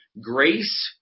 grace